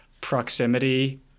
proximity